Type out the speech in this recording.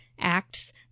acts